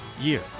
year